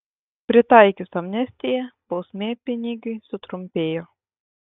pritaikius amnestiją bausmė pinigiui sutrumpėjo